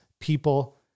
people